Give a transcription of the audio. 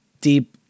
deep